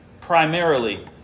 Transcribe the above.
primarily